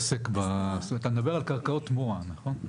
אתה מדבר על קרקעות מואה, נכון?